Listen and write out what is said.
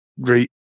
great